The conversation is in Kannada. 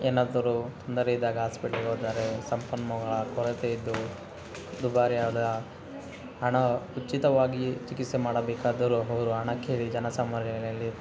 ಏನಾದರು ತೊಂದರೆ ಇದ್ದಾಗ ಹಾಸ್ಪಿಟಲ್ಗೆ ಹೋದರೆ ಸಂಪನ್ಮೂಲಗಳ ಕೊರತೆ ಇದ್ದು ದುಬಾರಿಯಾದ ಹಣ ಉಚಿತವಾಗಿ ಚಿಕಿತ್ಸೆ ಮಾಡಬೇಕಾದರು ಅವರು ಹಣ ಕೇಳಿ ಜನಸಾಮಾನ್ಯರಲ್ಲಿ